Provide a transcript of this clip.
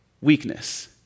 Weakness